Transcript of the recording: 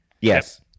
Yes